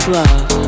love